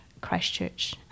Christchurch